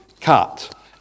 cut